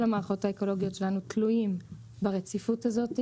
כל המערכות האקולוגיות שלנו תלויות ברציפות הזו,